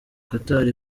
qatar